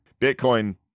Bitcoin